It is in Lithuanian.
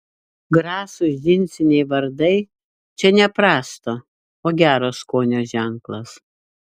grasūs džinsiniai vardai čia ne prasto o gero skonio ženklas